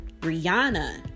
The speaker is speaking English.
Rihanna